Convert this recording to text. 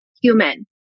human